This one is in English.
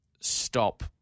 stop